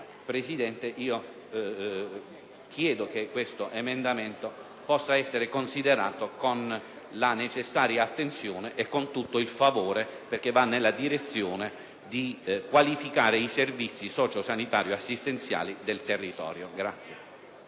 Presidente, chiedo che l'emendamento in esame possa essere considerato con la necessaria attenzione e con favore, perché va nella direzione di qualificare i servizi sociosanitario-assistenziali del territorio.